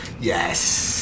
yes